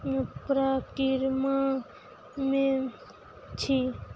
प्रक्रियामे छी